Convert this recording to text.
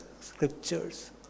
scriptures